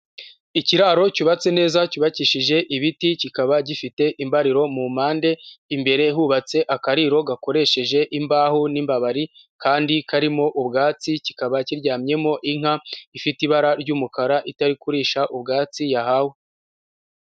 Ikiraro cyubatse neza, cyubakishije ibiti, kikaba gifite imbariro mu mpande, imbere hubatse akariro gakoresheje imbaho n'imbabari, kandi karimo ubwatsi, kikaba kiryamyemo inka ifite ibara ry'umukara, itari kurisha ubwatsi yahawe.